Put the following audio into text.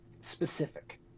specific